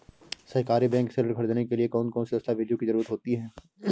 सहकारी बैंक से ऋण ख़रीदने के लिए कौन कौन से दस्तावेजों की ज़रुरत होती है?